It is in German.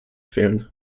fehlen